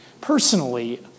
personally